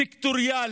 סקטוריאלית,